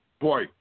boy